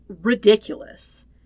ridiculous